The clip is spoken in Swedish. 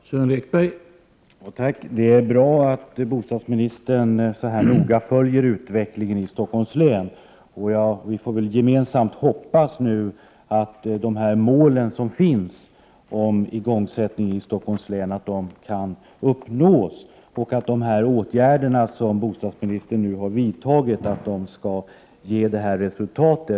Herr talman! Det är bra att bostadsministern noga följer utvecklingen i Stockholms län. Vi får hoppas att de mål som finns när det gäller igångsättningen av byggandet av lägenheter i Stockholms län kan uppnås och att de åtgärder som bostadsministern nu har vidtagit skall ge önskat resultat.